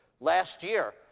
last year,